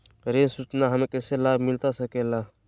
ऋण सूचना हमें कैसे लाभ मिलता सके ला?